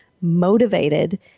motivated